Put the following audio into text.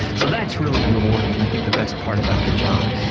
so that's really rewarding and i think the best part about the job.